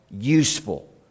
useful